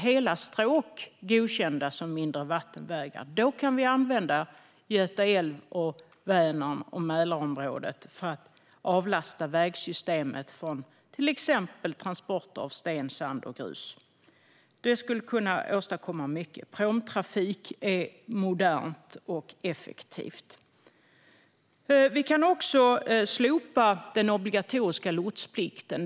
Hela stråk borde godkännas som mindre vattenvägar. Då skulle vi kunna använda Göta älv, Vänern och Mälarområdet för att avlasta vägsystemet från exempelvis transport av sten, sand och grus. Det skulle kunna åstadkomma mycket. Pråmtrafik är modernt och effektivt. Vi kan också slopa den obligatoriska lotsplikten.